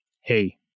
hey